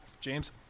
James